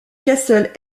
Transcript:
castle